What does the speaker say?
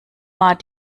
war